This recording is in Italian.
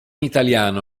italiano